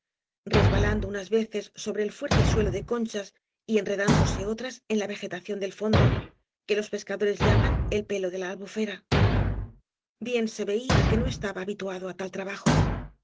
rebbalando unas veces sobre el fuerte suelo de conchas y enredándose otras en la vegetación del fondo que los pescadores llaman el pelo de la albufera bien se veía que no estaba habituado á tal trabajo de